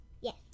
Yes